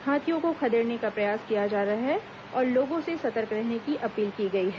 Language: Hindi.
हाथियों को खदेड़ने का प्रयास किया जा रहा है और लोगों से सतर्क रहने की अपील की गई है